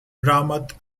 ramat